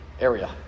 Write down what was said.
area